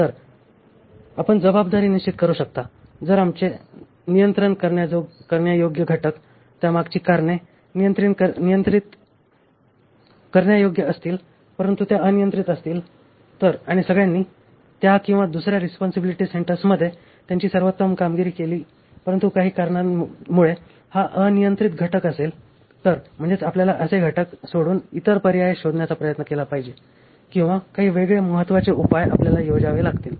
तर आपण जबाबदारी निश्चित करू शकता जर आमचे नियंत्रण करण्यायोग्य घटक त्यासाठीची कारणे नियंत्रित करण्यायोग्य असतील परंतु त्या अनियंत्रित असतील तर आणि सगळ्यांनी त्या किंवा दुसऱ्या रिस्पॉन्सिबिलिटी सेंटर्समध्ये त्यांची सर्वोत्तम कामगिरी केली परंतु काही कारणांमुळे हा अनियंत्रित घटक असेल तर म्हणजेच आपल्याला असे घटक सोडून इतर पर्याय शोधण्याचा प्रयत्न केला पाहिजे किंवा काही वेगळे महत्वाचे उपाय आपल्याला योजावे लागतील